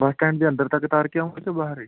ਬੱਸ stand ਦੇ ਅੰਦਰ ਤੱਕ ਉਤਾਰ ਕੇ ਆਉਂਗੇ ਕਿ ਬਾਹਰ ਏ